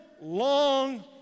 long